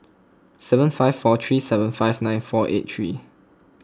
seven five four three seven five nine four eight three